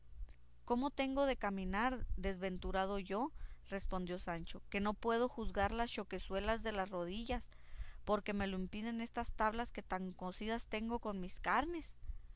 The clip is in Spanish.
cómo tengo de caminar desventurado yo respondió sancho que no puedo jugar las choquezuelas de las rodillas porque me lo impiden estas tablas que tan cosidas tengo con mis carnes